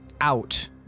out